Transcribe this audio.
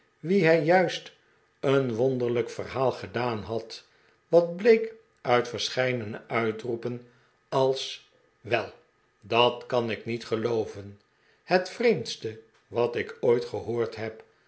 wien hij juist een wonderlijk verhaal gedaan had wat bleek uit verscheidene uitroepen als wel dat kan ik niet gelooven het vreemdste wat ik ooit gehoord heb